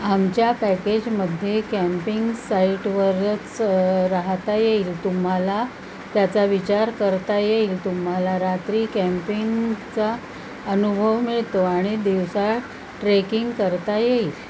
आमच्या पॅकेजमध्ये कॅम्पिंग साईटवरच राहता येईल तुम्हाला त्याचा विचार करता येईल तुम्हाला रात्री कॅम्पिंगचा अनुभव मिळतो आणि दिवसा ट्रेकिंग करता येईल